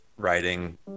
writing